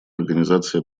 организации